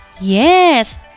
yes